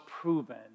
proven